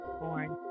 born